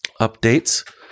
updates